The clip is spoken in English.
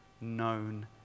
known